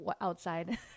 outside